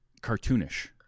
cartoonish